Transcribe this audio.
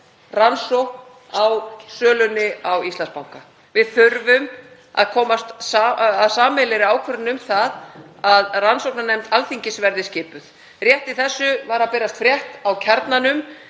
rannsókn á sölunni á Íslandsbanka. Við þurfum að komast að sameiginlegri ákvörðun um það að rannsóknarnefnd Alþingis verði skipuð. Rétt í þessu var að birtast frétt á Kjarnanum,